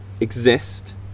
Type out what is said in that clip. exist